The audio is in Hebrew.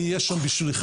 אני אהיה שם בשבילך.